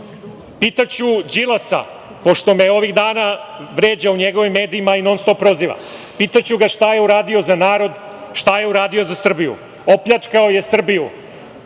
Pitaću Đilasa pošto me ovih dana vređa u njegovim medijima i non-stop proziva, šta je uradio za narod, šta je uradio za Srbiju? Opljačkao je Srbiju.